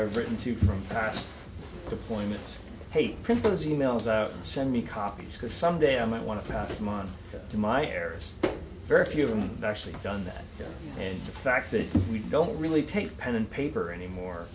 i've written to you from fast deployments hate print those e mails out and send me copies because someday i might want to pass them on to my heirs very few of them actually done that and the fact that we don't really take pen and paper anymore